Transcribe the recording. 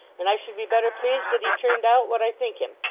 and i should be better pleased that he turned out what i think him